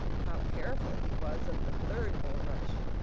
how careful he was of the third bulrush!